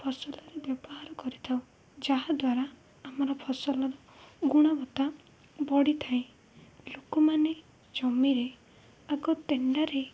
ଫସଲରେ ବ୍ୟବହାର କରିଥାଉ ଯାହାଦ୍ୱାରା ଆମର ଫସଲର ଗୁଣବତ୍ତା ବଢ଼ିଥାଏ ଲୋକମାନେ ଜମିରେ ଆଗ ତେଣ୍ଡାରେ